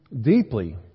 deeply